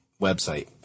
website